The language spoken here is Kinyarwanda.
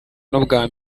n’ubwa